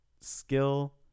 skill